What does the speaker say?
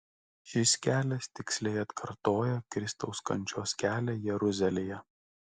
šis kelias tiksliai atkartoja kristaus kančios kelią jeruzalėje